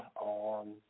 on